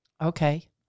okay